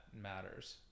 matters